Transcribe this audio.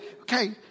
Okay